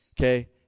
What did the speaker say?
okay